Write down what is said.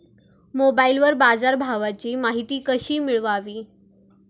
मोबाइलवर बाजारभावाची माहिती कशी मिळवावी?